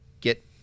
get –